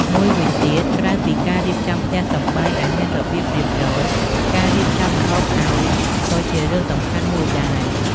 មួយវិញទៀតក្រៅពីការរៀបចំផ្ទះសម្បែងឲ្យមានរបៀបរៀបរយ ការរៀបចំម្ហូបឲ្យក៏ជារឿងសំខាន់មួយដែរ ។